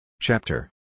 Chapter